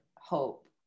hope